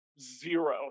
Zero